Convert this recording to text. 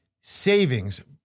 savings